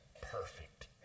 perfect